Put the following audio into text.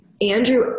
Andrew